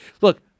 Look